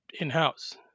in-house